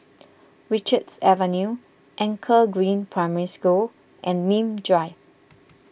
Richards Avenue Anchor Green Primary School and Nim Drive